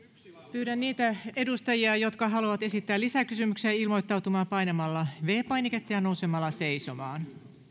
pyydän niitä edustajia jotka haluavat esittää lisäkysymyksiä ilmoittautumaan painamalla viides painiketta ja nousemalla seisomaan